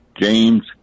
James